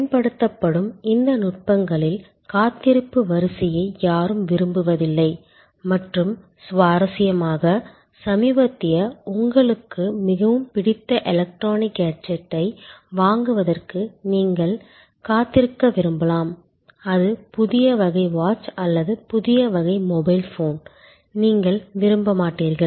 பயன்படுத்தப்படும் இந்த நுட்பங்களில் காத்திருப்பு வரிசையை யாரும் விரும்புவதில்லை மற்றும் சுவாரஸ்யமாக சமீபத்திய உங்களுக்கு மிகவும் பிடித்த எலக்ட்ரானிக் கேஜெட்டை வாங்குவதற்கு நீங்கள் காத்திருக்க விரும்பலாம் அது புதிய வகை வாட்ச் அல்லது புதிய வகை மொபைல் போன் நீங்கள் விரும்ப மாட்டீர்கள்